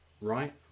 right